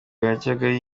najyaga